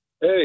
Hey